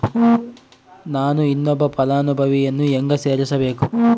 ನಾನು ಇನ್ನೊಬ್ಬ ಫಲಾನುಭವಿಯನ್ನು ಹೆಂಗ ಸೇರಿಸಬೇಕು?